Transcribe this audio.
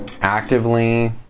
actively